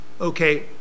okay